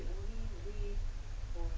we